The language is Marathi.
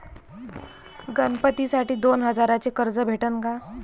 गणपतीसाठी दोन हजाराचे कर्ज भेटन का?